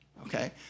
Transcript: okay